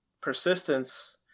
persistence